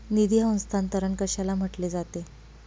निधी हस्तांतरण कशाला म्हटले जाते?